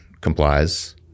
complies